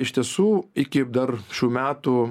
iš tiesų iki dar šių metų